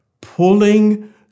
pulling